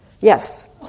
Yes